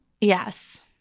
Yes